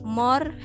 more